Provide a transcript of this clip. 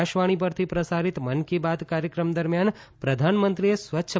આકાશવાણી પરથી પ્રસારિત મન કી બાત કાર્યક્રમ દરમિયાન પ્રધાનમંત્રીએ સ્વચ્છ